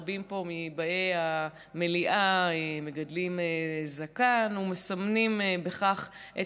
רבים פה מבאי המליאה מגדלים זקן ומסמנים בכך את